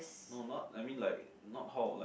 no not I mean like not hall like